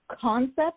concept